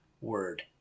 word